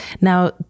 Now